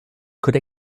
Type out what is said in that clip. could